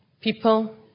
people